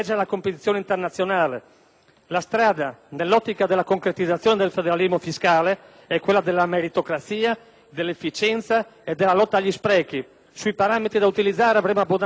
La strada - nell'ottica della concretizzazione del federalismo fiscale - è quella della meritocrazia, dell'efficienza e della lotta agli sprechi (sui parametri da utilizzare avremo abbondantemente modo di confrontarci).